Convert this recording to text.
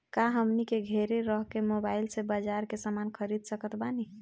का हमनी के घेरे रह के मोब्बाइल से बाजार के समान खरीद सकत बनी?